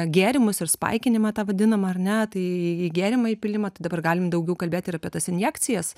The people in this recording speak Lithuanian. gėrimus ir spaikinimą tą vadinamą ar ne tai į gėrimą įpylimą tai dabar galim daugiau kalbėt ir apie tas injekcijas